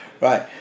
Right